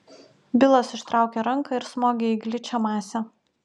bilas ištraukė ranką ir smogė į gličią masę